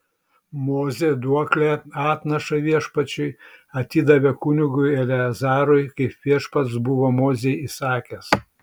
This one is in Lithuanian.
mozė duoklę atnašą viešpačiui atidavė kunigui eleazarui kaip viešpats buvo mozei įsakęs